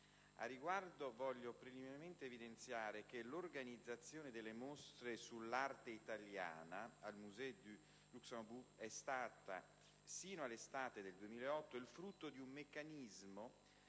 Al riguardo vorrei preliminarmente evidenziare che l'organizzazione delle mostre sull'arte italiana al Musée du Luxembourg è stata sino all'estate del 2008 il frutto di un meccanismo